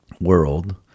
world